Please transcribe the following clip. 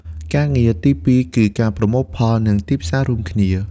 ការងារទីពីរគឺ ការប្រមូលផល និងទីផ្សាររួមគ្នា។